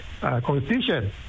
constitution